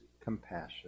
compassion